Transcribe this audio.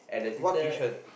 what tuition